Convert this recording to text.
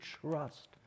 trust